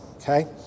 okay